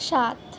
সাত